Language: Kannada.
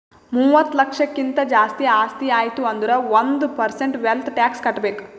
ಮೂವತ್ತ ಲಕ್ಷಕ್ಕಿಂತ್ ಜಾಸ್ತಿ ಆಸ್ತಿ ಆಯ್ತು ಅಂದುರ್ ಒಂದ್ ಪರ್ಸೆಂಟ್ ವೆಲ್ತ್ ಟ್ಯಾಕ್ಸ್ ಕಟ್ಬೇಕ್